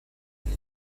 для